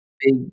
big